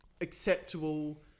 acceptable